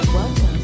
Welcome